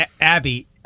Abby